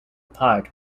part